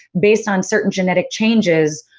based on certain genetic changes,